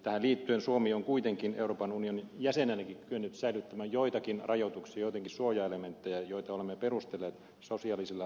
tähän liittyen suomi on kuitenkin euroopan unionin jäsenenäkin kyennyt säilyttämään joitakin rajoituksia joitakin suojaelementtejä joita olemme perustelleet sosiaalisilla ja terveydellisillä näkökohdilla